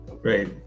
Great